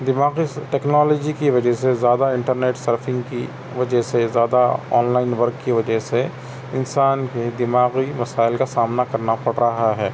دماغی ٹیکنالوجی کی وجہ سے زیادہ انٹرنیٹ سرفنگ کی وجہ سے زیادہ آن لائن ورک کی وجہ سے انسان کے دماغی مسائل کا سامنا کرنا پڑ رہا ہے